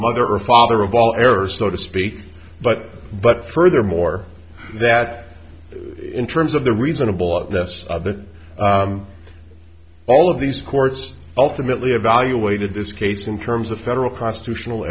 mother or father of all errors so to speak but but furthermore that in terms of the reasonable at this that all of these courts ultimately evaluated this case in terms of federal constitutional